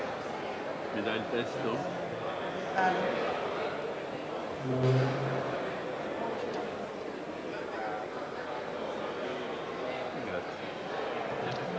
Grazie